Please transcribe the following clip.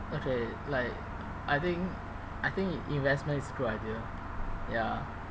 okay like I think I think investment is a good idea ya